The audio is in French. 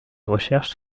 recherches